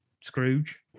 Scrooge